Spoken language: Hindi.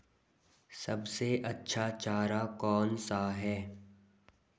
सबसे अच्छा चारा कौन सा है?